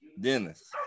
Dennis